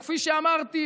וכפי שאמרתי,